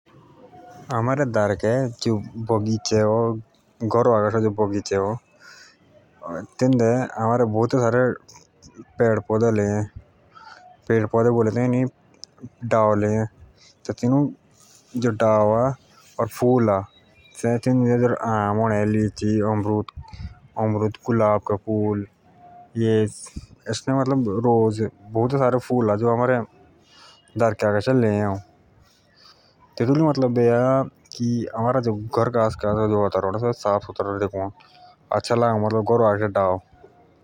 आमार जो दारके आगाशा बगीचा अ तेन्दे फलु के डाअ लेइए बोउतेइ जो फल देअ खाणक जो डाअ सेजे फुल आम अमरूद लिची के डाअ असअ तेतू लेई घर के सुन्दरता और वातावरण टीक रअ।